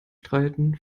streiten